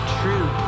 true